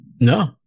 No